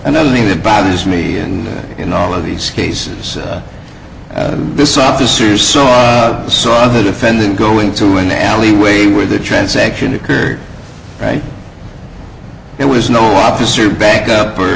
another thing that bothers me and in all of these cases this officer saw saw the defendant go into an alleyway where the transaction occurred right there was no officer back up or